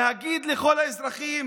להגיד לכל האזרחים: